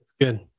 Good